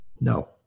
No